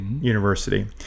university